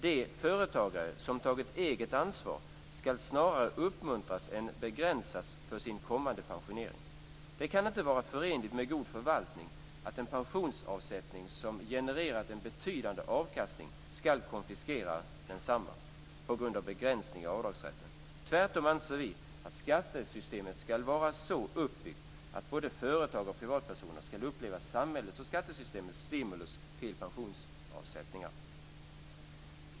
De företagare som har tagit eget ansvar skall snarare uppmuntras än begränsas inför sin kommande pensionering. Det kan inte vara förenligt med god förvaltning att en pensionsavsättning som genererat en betydande avkastning skall resultera i att densamma konfiskeras på grund av begränsning i avdragsrätten. Tvärtom anser vi att skattesystemet skall vara så uppbyggt att både företag och privatpersoner skall uppleva samhällets och skattesystemets stimulans till pensionsavsättningar.